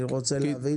אני רוצה להבין.